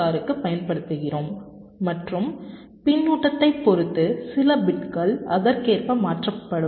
ஆருக்குப் பயன்படுத்துகிறோம் மற்றும் பின்னூட்டத்தைப் பொறுத்து சில பிட்கள் அதற்கேற்ப மாற்றப்படும்